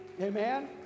Amen